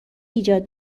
ایجاد